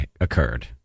occurred